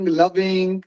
loving